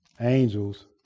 angels